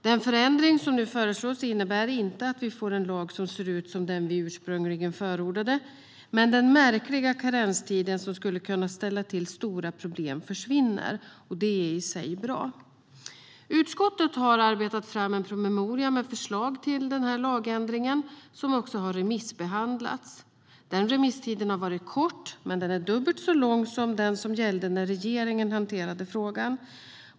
Den förändring som nu föreslås innebär inte att vi får en lag som ser ut som den som vi ursprungligen förordade. Men den märkliga karenstiden som skulle kunna ställa till stora problem försvinner, och det är i sig bra. Utskottet har arbetat fram en promemoria med förslag till denna lagändring som också har remissbehandlats. Denna remisstid har varit kort, men den är dubbelt så lång som den som gällde när regeringen hanterade frågan.